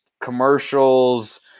commercials